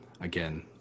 again